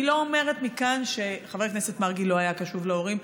אני לא אומרת מכאן שחבר הכנסת מרגי לא היה קשוב להורים,